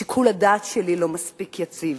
שיקול הדעת שלי לא מספיק יציב,